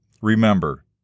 Remember